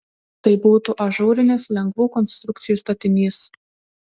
tai būtų ažūrinis lengvų konstrukcijų statinys